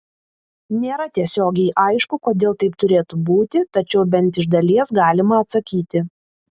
nėra tiesiogiai aišku kodėl taip turėtų būti tačiau bent iš dalies galima atsakyti